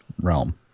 realm